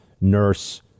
nurse